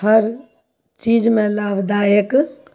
हर चीजमे लाभदायक